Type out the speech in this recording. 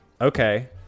Okay